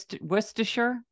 Worcestershire